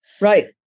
Right